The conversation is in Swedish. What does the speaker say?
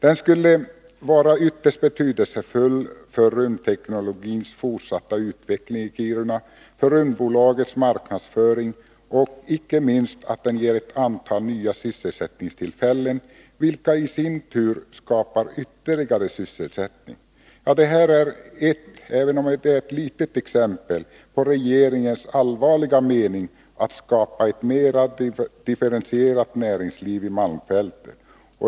Det skulle vara ytterst betydelsefullt för rymdteknologins fortsatta utveckling i Kiruna, för Rymdbolagets marknadsföring och inte minst för den ökning av antalet arbetstillfällen som det skulle innebära, vilket i sin tur skapar ytterligare sysselsättning. Detta är ett exempel på regeringens allvarliga avsikt att skapa ett mer differentierat näringsliv i malmfälten.